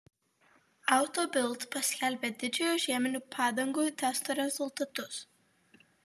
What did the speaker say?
auto bild paskelbė didžiojo žieminių padangų testo rezultatus